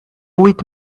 with